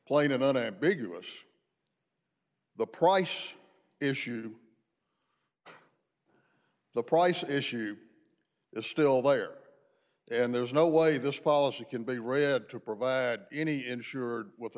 plain and unambiguous the price issue the price issue is still there and there's no way this policy can be read to provide any insured with a